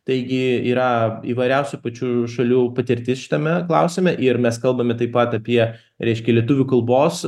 taigi yra įvairiausių pačių šalių patirtis šitame klausime ir mes kalbame taip pat apie reiškia lietuvių kalbos